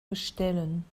bestellen